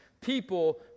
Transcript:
people